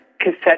cassette